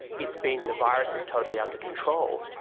it's been, the virus is totally under control,